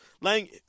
Lang